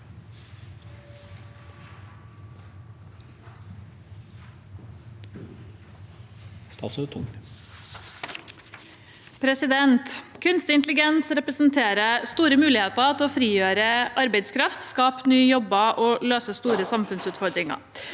Kunstig in- telligens representerer store muligheter til å frigjøre arbeidskraft, skape nye jobber og løse store samfunnsutfordringer.